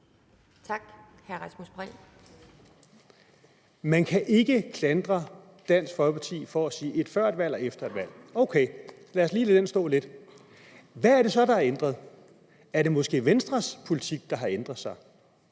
Man kan ikke klandre Dansk Folkeparti for at sige noget før et valg og det samme efter et valg. O.k. – lad os lige lade den stå lidt. Hvad er det så, der er ændret? Er det måske Venstres politik, der har ændret sig?